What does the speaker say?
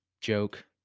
joke